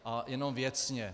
A jenom věcně.